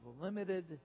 limited